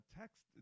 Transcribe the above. text